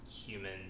human